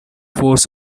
force